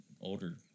older